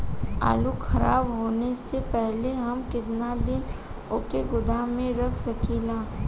आलूखराब होने से पहले हम केतना दिन वोके गोदाम में रख सकिला?